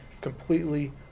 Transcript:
completely